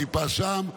טיפה שם,